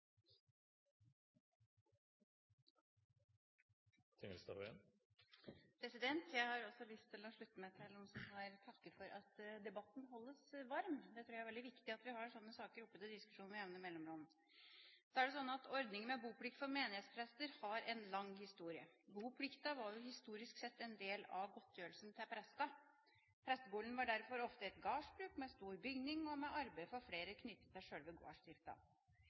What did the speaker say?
Jeg har også lyst til å slutte meg til dem som har takket for at debatten holdes varm. Jeg tror det er veldig viktig at vi har sånne saker oppe til diskusjon med jevne mellomrom. Ordningen med boplikt for menighetsprester har en lang historie. Boplikten var historisk sett en del av godtgjørelsen til prestene. Presteboligen var derfor ofte et gårdsbruk med stor bygning og med arbeid for flere knyttet til